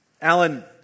Alan